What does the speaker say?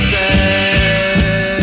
day